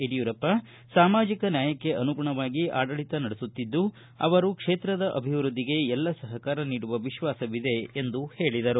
ಯಡಿಯೂರಪ್ಪನವರು ಸಾಮಾಜಿಕ ನ್ಯಾಯಕ್ಕೆ ಅನುಗುಣವಾಗಿ ಆಡಳಿತ ನಡೆಸುತ್ತಿದ್ದು ಅವರು ಕ್ಷೇತ್ರದ ಅಭಿವೃದ್ಧಿಗೆ ಎಲ್ಲ ಸಹಕಾರ ನೀಡುವ ವಿಶ್ವಾಸವಿದೆ ಎಂದು ಹೇಳಿದರು